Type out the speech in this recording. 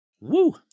Woo